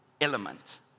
element